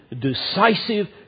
decisive